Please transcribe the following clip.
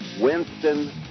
Winston-